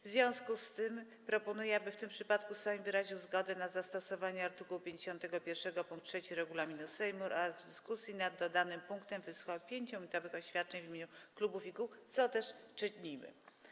W związku z tym proponuję, aby w tym przypadku Sejm wyraził zgodę na zastosowanie art. 51 pkt 3 regulaminu Sejmu oraz w dyskusji nad dodanym punktem wysłuchał 5-minutowych oświadczeń w imieniu klubów i kół, co też czynimy.